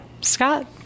Scott